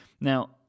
Now